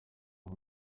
aha